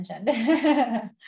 mentioned